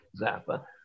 Zappa